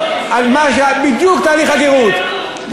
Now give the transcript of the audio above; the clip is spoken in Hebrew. בדיוק תהליך הגרות,